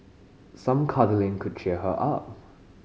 some cuddling could cheer her up